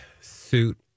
suit